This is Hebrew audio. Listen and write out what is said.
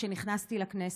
כשנכנסתי לכנסת.